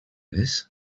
this